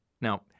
Now